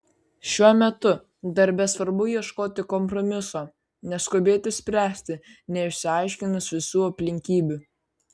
šiuo metu darbe svarbu ieškoti kompromiso neskubėti spręsti neišsiaiškinus visų aplinkybių